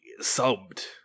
subbed